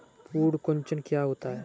पर्ण कुंचन क्या होता है?